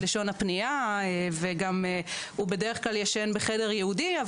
לשון הפנייה וגם בדרך כלל הוא ישן בחדר ייעודי.